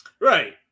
right